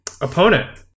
Opponent